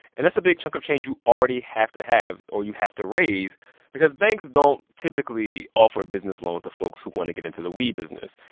and that's a big chunk of change you already have to have or you have to raise because banks don't typically offer business loans to folks who want to get into the weed business.